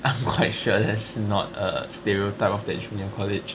I'm quite sure that that's not a stereotype of that junior college